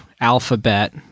Alphabet